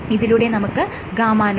ഇതിലൂടെ നമുക്ക് γ